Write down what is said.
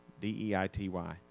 d-e-i-t-y